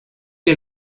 est